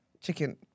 Chicken